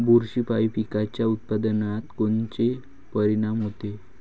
बुरशीपायी पिकाच्या उत्पादनात कोनचे परीनाम होते?